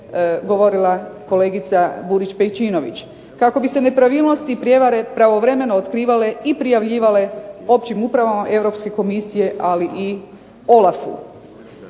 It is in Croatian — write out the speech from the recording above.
govorila kolegica Burić Pejčinović, kako bi se nepravilnosti i prijevare pravovremeno otkrivale i prijavljivale općim upravama Europske komisije, ali i OLAF-u.